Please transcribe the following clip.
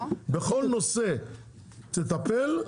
בכל נושא תטפל,